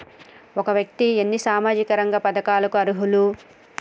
ఒక వ్యక్తి ఎన్ని సామాజిక రంగ పథకాలకు అర్హులు?